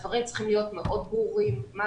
הדברים צריכים להיות מאוד ברורים לגבי מה